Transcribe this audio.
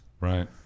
Right